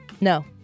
No